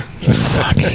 Fuck